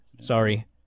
Sorry